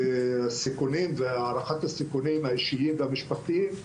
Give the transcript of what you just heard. הסיכונים והערכת הסיכונים האישיים והמשפחתיים,